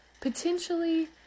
Potentially